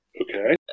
Okay